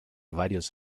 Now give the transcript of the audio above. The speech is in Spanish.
varios